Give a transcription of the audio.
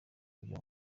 kujya